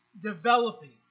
developing